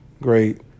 great